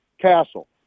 castle